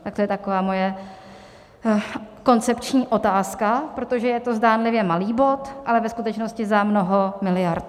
Tak to je taková moje koncepční otázka, protože je to zdánlivě malý bod, ale ve skutečnosti za mnoho miliard.